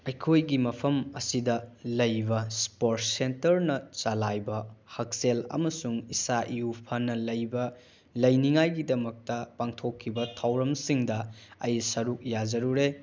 ꯑꯩꯈꯣꯏꯒꯤ ꯃꯐꯃ ꯑꯁꯤꯗ ꯂꯩꯕ ꯏꯁꯄꯣꯔꯠꯁ ꯁꯦꯟꯇꯔꯅ ꯆꯂꯥꯏꯕ ꯍꯛꯁꯦꯜ ꯑꯃꯁꯨꯡ ꯏꯁꯥ ꯏꯎ ꯐꯅ ꯂꯩꯕ ꯂꯩꯅꯤꯡꯉꯥꯏꯒꯤꯗꯃꯛꯇ ꯄꯥꯡꯊꯣꯛꯈꯤꯕ ꯊꯧꯔꯝꯁꯤꯡꯗ ꯑꯩ ꯁꯔꯨꯛ ꯌꯥꯖꯔꯨꯔꯦ